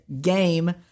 game